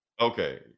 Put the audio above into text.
Okay